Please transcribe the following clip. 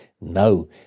No